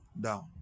down